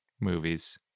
movies